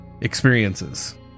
experiences